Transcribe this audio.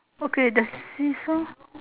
okay the see-saw